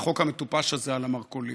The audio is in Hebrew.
החוק המטופש הזה על המרכולים.